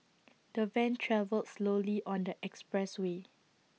the van travelled slowly on the expressway